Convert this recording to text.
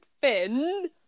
finn